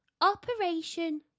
Operation